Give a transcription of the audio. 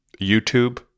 YouTube